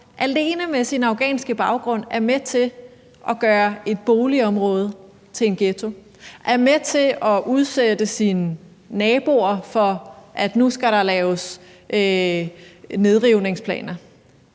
alene med sin afghanske baggrund er med til at gøre et boligområde til en ghetto, er med til at udsætte sine naboer for, at der nu skal laves nedrivningsplaner.